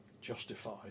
justified